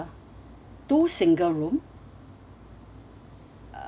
two single room uh